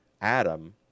Adam